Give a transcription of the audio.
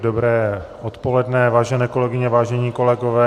Dobré odpoledne, vážené kolegyně, vážení kolegové.